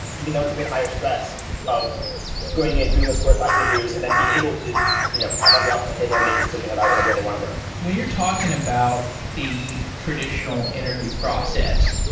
even though it's a bit higher stress of going in, doing those four or five interviews and then being able to you know have all the offers on the table and make a decision about about where they want to work. when you're talking about the traditional interview process,